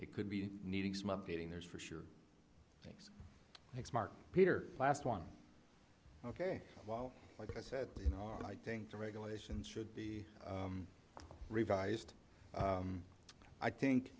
it could be needing some updating there's for sure thanks mark peter last one ok well like i said you know i think the regulations should be revised i think